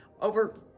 over